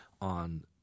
on